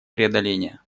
преодоления